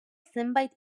zenbait